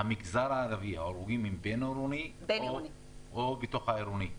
במגזר הערבי ההרוגים הם בבין-עירוני או בתוך העירוני?